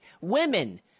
women